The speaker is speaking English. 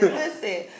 listen